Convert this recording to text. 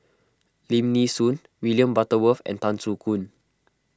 Lim Nee Soon William Butterworth and Tan Soo Khoon